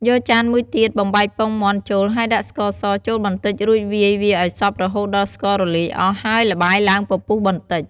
យកចានមួយទៀត បំបែកពងមាន់ចូល ហើយដាក់ស្ករសចូលបន្តិច រួចវាយវាឱ្យសព្វរហូតដល់ស្កររលាយអស់ ហើយល្បាយឡើងពពុះបន្តិច។